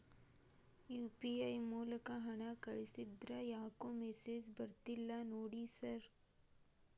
UPI ಮೂಲಕ ಹಣ ಕಳಿಸಿದ್ರ ಯಾಕೋ ಮೆಸೇಜ್ ಬರ್ತಿಲ್ಲ ನೋಡಿ ಸರ್?